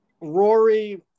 Rory